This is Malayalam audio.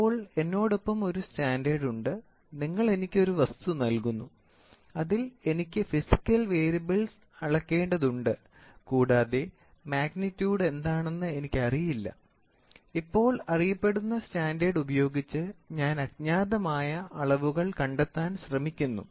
ഇപ്പോൾ എന്നോടൊപ്പം ഒരു സ്റ്റാൻഡേർഡ് ഉണ്ട് നിങ്ങൾ എനിക്ക് ഒരു വസ്തു നൽകുന്നു അതിൽ എനിക്ക് ഫിസിക്കൽ വേരിയബിൾ അളക്കേണ്ടതുണ്ട് കൂടാതെ മാഗ്നിറ്റ്യൂഡ് എന്താണെന്ന് എനിക്കറിയില്ല ഇപ്പോൾ അറിയപ്പെടുന്ന സ്റ്റാൻഡേർഡ് ഉപയോഗിച്ച് ഞാൻ അജ്ഞാതമായ അളവുകൾ കണ്ടെത്താൻ ശ്രമിക്കുന്നു